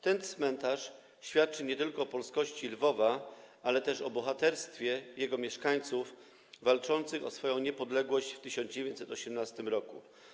Ten cmentarz świadczy nie tylko o polskości Lwowa, ale też o bohaterstwie jego mieszkańców walczących o swoją niepodległość w 1918 r.